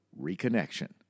reconnection